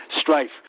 Strife